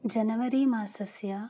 January मासस्य